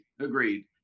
Agreed